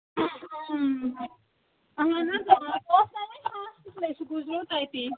اہن حظ سُہ اوس نہ وٕنہِ ہاسپِٹلٕے سُہ گُزریو تَتی